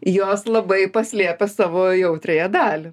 jos labai paslėpę savo jautriąją dalį